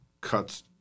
cuts